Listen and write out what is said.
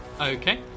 okay